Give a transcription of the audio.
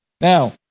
Now